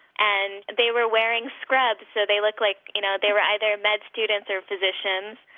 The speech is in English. and they were wearing scrubs, so they looked like you know they were either med students or physicians.